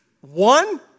one